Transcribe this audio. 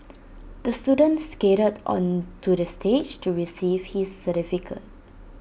the student skated onto the stage to receive his certificate